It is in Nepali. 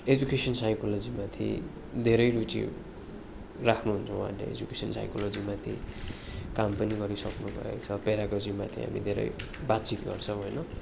एजुकेसन साइकोलोजी माथि धेरै रुचि राख्नु हुन्छ उहाँहरूले एजुकेसन साइकोलोजी माथि काम पनि गरिसक्नु हुँदै रहेको छ पेडागोजी माथि हामी धेरै बातचित गर्छौँ होइन